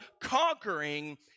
conquering